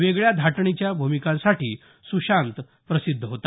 वेगळ्या धाटणीच्या भूमिकांसाठी सुशांत प्रसिद्ध होता